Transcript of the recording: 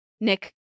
Nick